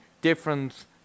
Difference